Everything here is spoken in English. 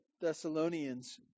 Thessalonians